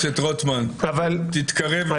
חבר הכנסת רוטמן, תתקרב לסיום.